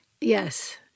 Yes